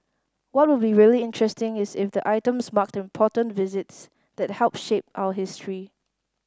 what will be really interesting is if the items marked important visits that helped shape our history